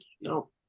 no